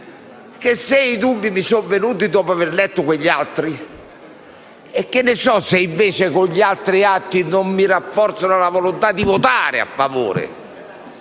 Se i dubbi mi sono venuti dopo aver letto quegli atti, che ne so se gli altri atti non mi rafforzeranno nella volontà di votare a favore